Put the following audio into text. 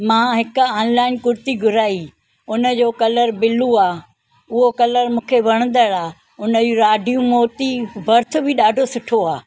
मां हिक ऑनलाइन कुर्ती घुराई उन जो कलर ब्लू आ उओ कलर मुखे वणंदड़ आ उन ई राडियूं मोटी बर्थ बि ॾाढो सुठो आहे